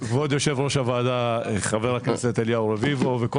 ראש הוועדה חבר הכנסת אליהו רביבו וכל